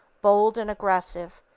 bold and aggressive,